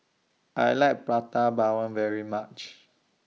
I like Prata Bawang very much